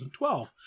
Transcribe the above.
2012